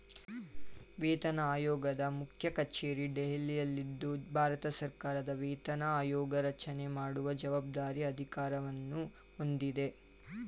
ವೇತನಆಯೋಗದ ಮುಖ್ಯಕಚೇರಿ ದೆಹಲಿಯಲ್ಲಿದ್ದು ಭಾರತಸರ್ಕಾರ ವೇತನ ಆಯೋಗರಚನೆ ಮಾಡುವ ಜವಾಬ್ದಾರಿ ಅಧಿಕಾರವನ್ನು ಹೊಂದಿದೆ